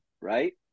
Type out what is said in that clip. right